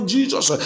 Jesus